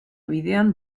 bidean